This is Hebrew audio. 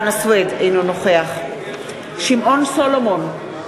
אינו נוכח שמעון סולומון,